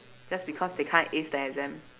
just because they can't ace the exams